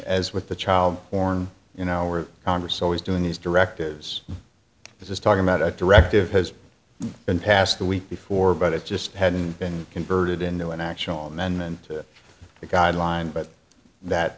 as with the child born in our congress always doing these directives this is talking about a directive has been passed the week before but it just hadn't been converted into an actual amendment to the guideline but that